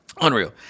Unreal